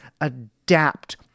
adapt